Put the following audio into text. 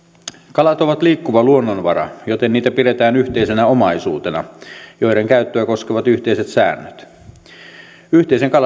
kalat ovat liikkuva luonnonvara joten niitä pidetään yhteisenä omaisuutena jonka käyttöä koskevat yhteiset säännöt yhteisen kalastuspolitiikan